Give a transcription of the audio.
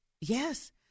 yes